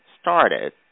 started